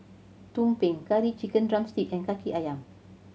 tumpeng Curry Chicken drumstick and Kaki Ayam